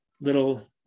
little